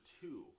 two